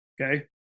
Okay